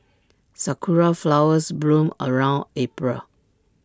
Sakura Flowers bloom around April